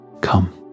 Come